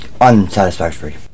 unsatisfactory